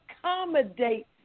accommodate